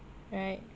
right